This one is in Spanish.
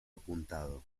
apuntado